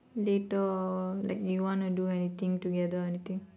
later or like you want to do anything together or anything